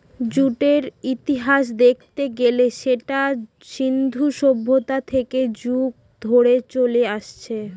জুটের ইতিহাস দেখতে গেলে সেটা সিন্ধু সভ্যতা থেকে যুগ যুগ ধরে চলে আসছে